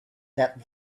that